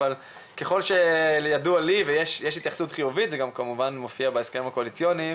ככל שידוע לי יש התייחסות חיובית וזה גם מופיע בהסכם הקואליציוני,